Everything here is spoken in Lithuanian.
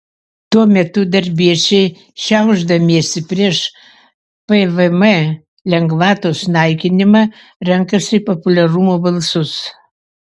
tuo metu darbiečiai šiaušdamiesi prieš pvm lengvatos naikinimą renkasi populiarumo balsus